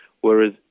Whereas